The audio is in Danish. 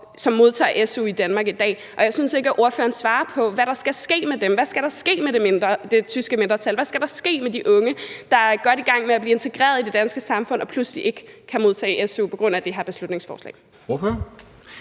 som modtager su i Danmark i dag, og jeg synes ikke, at ordføreren svarer på, hvad der skal ske med dem, hvad der skal ske med det tyske mindretal, hvad der skal ske med de unge, der er godt i gang med at blive integreret i det danske samfund, men pludselig ikke kan modtage su på grund af det her beslutningsforslag. Kl.